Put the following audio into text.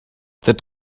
that